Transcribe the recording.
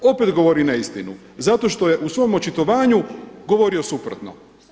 Opet govori neistinu zato što je u svom očitovanju govorio suprotno.